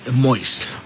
moist